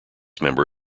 member